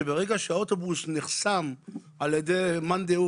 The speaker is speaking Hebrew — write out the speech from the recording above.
שברגע שהאוטובוס נחסם על ידי מאן דהוא